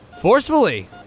Forcefully